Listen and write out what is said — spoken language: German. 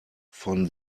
von